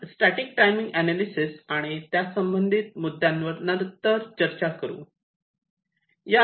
आपण static timing analyses आणि त्यासंबंधित मुद्द्यांवर नंतर चर्चा करू